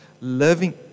living